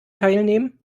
teilnehmen